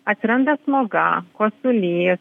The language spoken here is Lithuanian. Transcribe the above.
atsiranda sloga kosulys